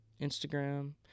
Instagram